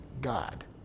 God